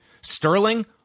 Sterling